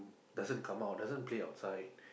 doesn't come out doesn't play outside